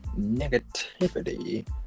negativity